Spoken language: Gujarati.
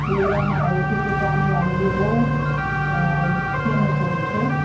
બોલવામાં આવે છે કે ત્યાંની વાનગીઓ બહુ જ ફેમસ હોય છે